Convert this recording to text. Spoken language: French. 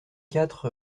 quatre